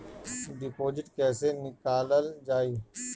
Deposit कैसे निकालल जाइ?